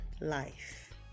life